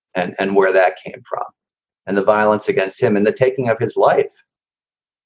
and and where that came from and the violence against him and the taking of his life.